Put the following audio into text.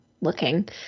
looking